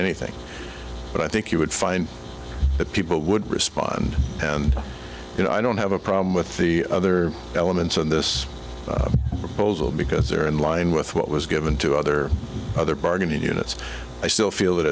anything but i think you would find that people would respond and you know i don't have a problem with the other elements of this because they're in line with what was given to other other bargaining units i still feel that